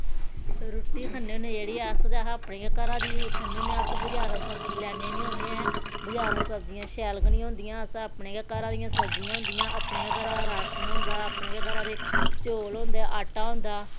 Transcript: रुट्टी खन्ने होन्ने जेह्ड़ी अस ते अस अपने गै घरा दी खन्ने होन्ने अस बजारा सब्जी लैन्ने निं होन्ने ऐं बजारां सब्जियां शैल गै निं होंदियां अस अपने गै घरा दियां सब्जियां होंदियां अपने गै घरा दा राशन होंदा अपने गै घरा दे चौल होंदे आटा होंदा